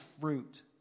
fruit